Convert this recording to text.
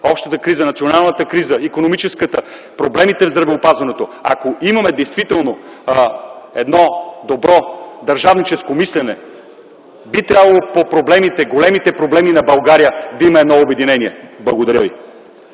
общата криза, националната криза, икономическата, проблемите в здравеопазването… Ако имаме действително едно добро държавническо мислене, би трябвало по проблемите – големите проблеми на България, да има едно обединение. Благодаря Ви.